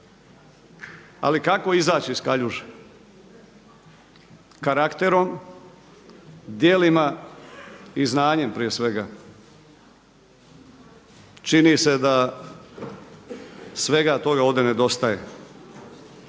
Ali kako izaći iz kaljuže? Karakterom, dijelima i znanjem prije svega. Čini se da svega toga ovdje nedostaje.